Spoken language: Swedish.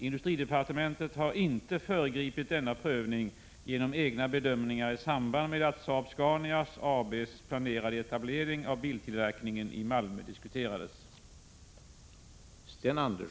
Industridepartementet har inte föregripit denna prövning genom egna bedömningar i samband med att Saab-Scania AB:s planerade etablering av biltillverkningen i Malmö diskuterades.